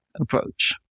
approach